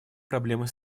проблемы